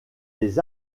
les